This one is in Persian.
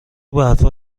برفا